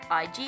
IG